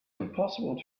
impossible